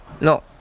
No